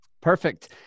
Perfect